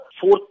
fourth